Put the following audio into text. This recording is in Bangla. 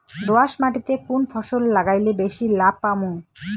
দোয়াস মাটিতে কুন ফসল লাগাইলে বেশি লাভ পামু?